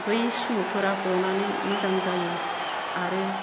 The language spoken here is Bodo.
बै सुमुफोरा गनानै मोजां जायो आरो